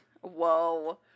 Whoa